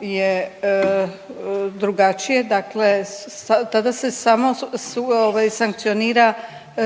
je drugačije, dakle tada se samo sankcionira